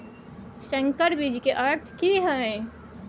संकर बीज के अर्थ की हैय?